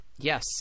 yes